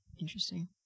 Interesting